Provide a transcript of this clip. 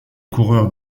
coureurs